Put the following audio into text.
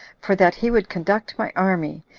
for that he would conduct my army,